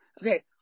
Okay